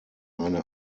eine